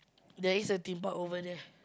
there is a Them-Park over there